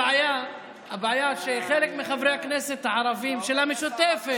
הבעיה שחלק מחברי הכנסת הערבים של המשותפת,